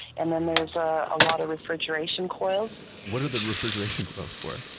and then there's a ah lot of refrigeration coils what are the refrigeration coils for?